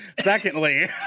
Secondly